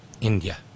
India